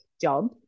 job